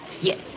Yes